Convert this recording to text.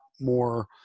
more